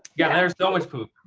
yeah, there's so much poop.